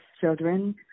children